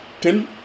till